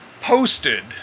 posted